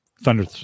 thunder